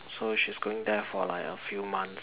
so she's going there for like a few months